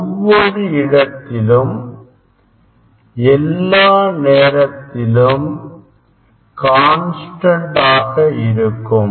ஒவ்வொரு இடத்திலும் எல்லா நேரத்திலும் கான்ஸ்டன்ட் ஆக இருக்கும்